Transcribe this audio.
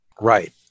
Right